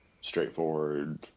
straightforward